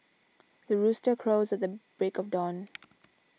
the rooster crows at the break of dawn